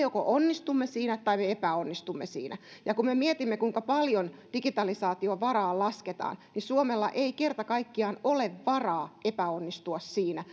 joko onnistumme siinä tai me epäonnistumme siinä ja kun me mietimme kuinka paljon digitalisaation varaan lasketaan niin suomella ei kerta kaikkiaan ole varaa epäonnistua siinä